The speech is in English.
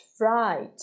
right